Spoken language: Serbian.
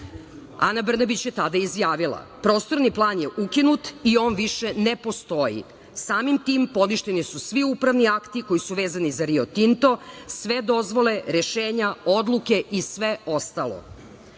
Brnabić je tada izjavila: „Prostorni plan je ukinut i on više ne postoji, samim tim poništeni su svi upravni akti koji su vezani za Rio Tinto, sve dozvole, rešenja, odluke i sve ostalo.